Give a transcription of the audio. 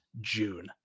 June